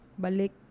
balik